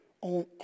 on